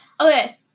Okay